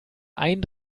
ein